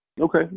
Okay